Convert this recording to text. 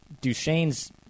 Duchesne's